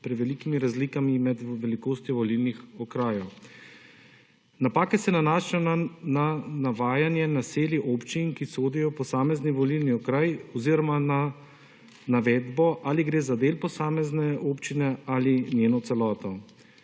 prevelikimi razlikami med velikostjo volilnih okrajev. Napake se nanašajo na navajanje naselij občin, ki sodijo posamezni volilni okraj oziroma na navedbo ali gre za del posamezne občine ali njeno celoto.